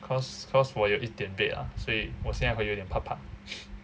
cause cause 我有一点 red ah 我现在会有一点怕怕